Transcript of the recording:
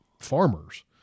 farmers